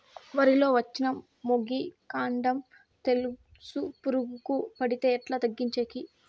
వరి లో వచ్చిన మొగి, కాండం తెలుసు పురుగుకు పడితే ఎట్లా తగ్గించేకి?